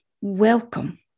Welcome